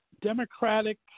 Democratic